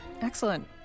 Excellent